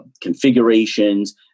configurations